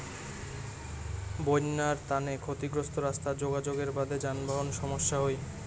বইন্যার তানে ক্ষতিগ্রস্ত রাস্তা যোগাযোগের বাদে যানবাহন সমস্যা হই